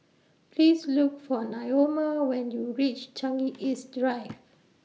Please Look For Naoma when YOU REACH Changi East Drive